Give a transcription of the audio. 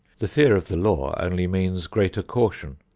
the fear of the law only means greater caution,